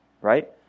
Right